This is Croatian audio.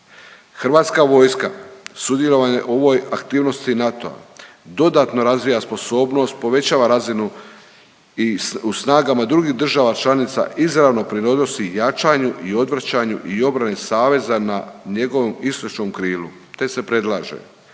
Hrvatska vojska sudjelovanje u ovoj aktivnosti NATO-a dodatno razvija sposobnost, povećava razinu i u snagama drugih država članica izravno pridonosi jačanju i odvrćanju i obrani saveza na njegovom istočnom krilu te se predlaže